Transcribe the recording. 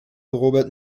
robert